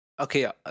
okay